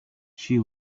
she